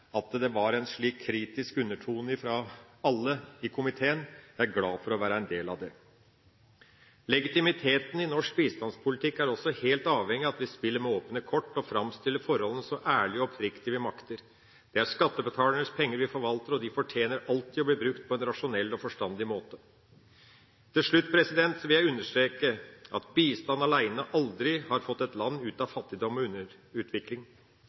at det var en slik kritisk undertone fra alle i komiteen. Jeg er glad for å være en del av det. Legitimiteten i norsk bistandspolitikk er også helt avhengig av at vi spiller med åpne kort og framstiller forholdene så ærlig og oppriktig vi makter. Det er skattebetalernes penger vi forvalter, og de fortjener alltid å bli brukt på en rasjonell og forstandig måte. Til slutt vil jeg understreke at bistand alene aldri har fått et land ut av fattigdom og